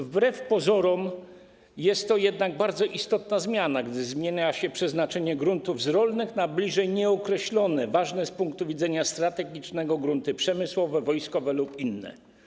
Wbrew pozorom jest to jednak bardzo istotna zmiana, gdy zmienia się przeznaczenie gruntów z rolnych na bliżej nieokreślone, ważne z punktu widzenia strategicznego grunty przemysłowe, wojskowe lub inne.